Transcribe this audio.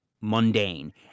mundane